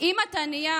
אם את ענייה,